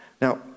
Now